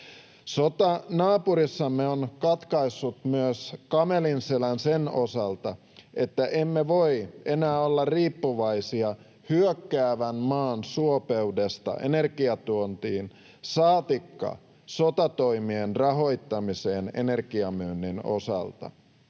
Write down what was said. Sota naapurissamme on myös katkaissut kamelin selän sen osalta, että emme voi enää olla riippuvaisia hyökkäävän maan suopeudesta energiantuontiin, saatikka sotatoimien rahoittamiseen energianmyynnin osalta.